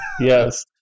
Yes